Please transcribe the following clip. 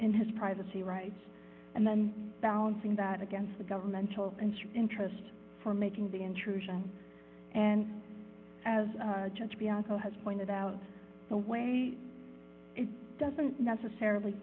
in his privacy rights and then balancing that against the governmental interest for making the intrusion and as judge bianco has pointed out the way it doesn't necessarily